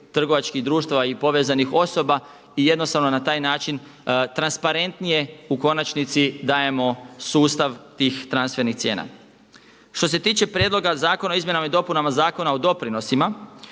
trgovačkih društava i povezanih osoba. I jednostavno na taj način transparentnije u konačnici dajemo sustav tih cijena. Što se tiče Prijedloga zakona o izmjenama i dopunama Zakona o doprinosima